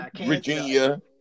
Virginia